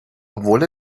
obwohl